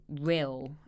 real